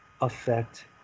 affect